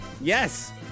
Yes